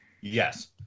Yes